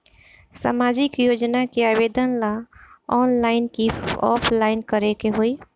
सामाजिक योजना के आवेदन ला ऑनलाइन कि ऑफलाइन करे के होई?